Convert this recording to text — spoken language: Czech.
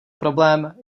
problém